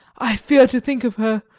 i fear to think of her,